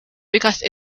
because